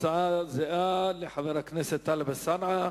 הצעה זהה לחבר הכנסת טלב אלסאנע.